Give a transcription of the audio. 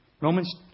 Romans